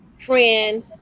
friend